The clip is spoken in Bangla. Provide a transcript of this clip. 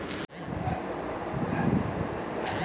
কফি, চা ইত্যাদি ফসলগুলি মূলতঃ ব্যবসার জন্য উৎপাদন করা হয়